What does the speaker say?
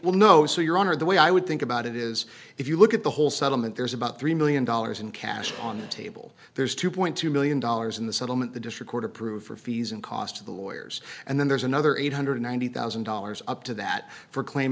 well no so your honor the way i would think about it is if you look at the whole settlement there's about three million dollars in cash on the table there's two million two hundred thousand dollars in the settlement the district court approved for fees and cost of the lawyers and then there's another eight hundred and ninety thousand dollars up to that for claim